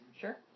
Sure